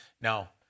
Now